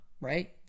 right